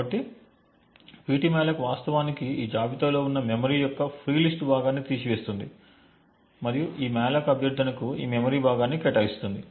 కాబట్టి ptmalloc వాస్తవానికి ఈ జాబితాలో ఉన్న మెమరీ యొక్క ఫ్రీ లిస్ట్ భాగాన్ని తీసివేస్తుంది మరియు ఈ మాలోక్ అభ్యర్థనకు ఈ మెమరీ భాగాన్ని కేటాయిస్తుంది